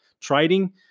trading